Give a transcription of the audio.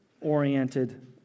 oriented